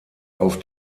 auf